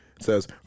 Says